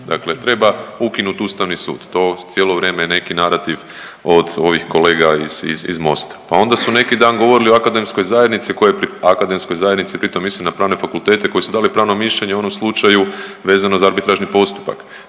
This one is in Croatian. dakle treba ukinut Ustavni sud to cijelo vrijeme neki narativ od ovih kolega iz Mosta. Pa onda su neki dan govorili o akademskoj zajednici koja, akademskoj zajednici pri tom mislim na pravne fakultete koji su dali pravno mišljenje u onom slučaju vezano za arbitražni postupak